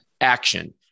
action